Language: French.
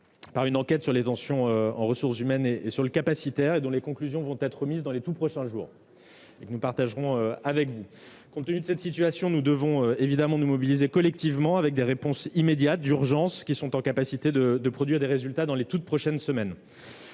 par une enquête sur les tensions en ressources humaines et sur le capacitaire, dont les conclusions vont être remises dans les tout prochains jours -nous vous les communiquerons. Compte tenu de cette situation, nous devons nous mobiliser collectivement, avec des réponses immédiates, d'urgence, susceptibles de produire des résultats dans les toutes prochaines semaines.